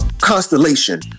constellation